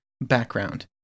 Background